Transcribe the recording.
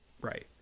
right